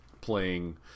playing